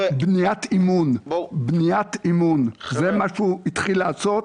בניית אמון זה מה שהוא התחיל לעשות,